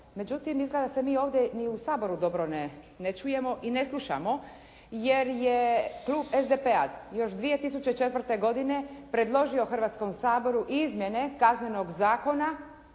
Međutim, izgleda da se mi ovdje ni u Saboru dobro ne čujemo i ne slušamo jer je klub SDP-a još 2004. godine predložio Hrvatskom saboru izmjene Kaznenog zakona